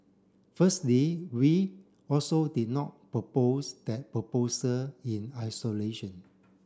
firstly we also did not propose that proposal in isolation